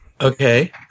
Okay